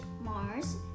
Mars